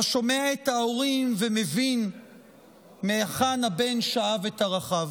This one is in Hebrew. אתה שומע את ההורים ומבין מהיכן הבן שאב את ערכיו.